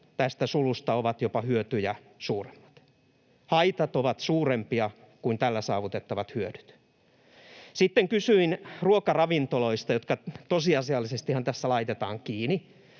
tästä sulusta ovat jopa hyötyjä suuremmat — haitat ovat suurempia kuin tällä saavutettavat hyödyt? Sitten kysyin ruokaravintoloista, jotka tässä tosiasiallisesti laitetaan kiinni.